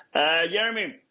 jeremy,